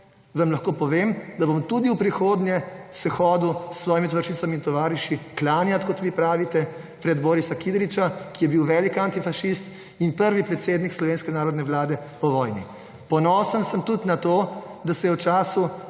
vam lahko povem, da se bom tudi v prihodnje hodil s svojimi tovarišicami in tovariši klanjati, kot vi pravite, pred Borisa Kidriča, ki je bil velik antifašist in prvi predsednik slovenske narodne vlade po vojni. Ponosen sem tudi na to, da se je v času